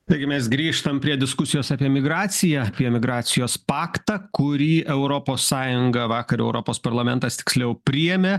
taigi mes grįžtam prie diskusijos apie emigraciją kai emigracijos paktą kurį europos sąjunga vakar europos parlamentas tiksliau priėmė